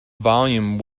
volume